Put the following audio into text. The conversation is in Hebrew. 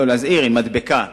להזהיר, עם מדבקה,